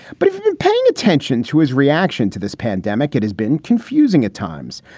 but if you're paying attention to his reaction to this pandemic, it has been confusing at times.